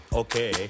okay